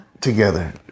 Together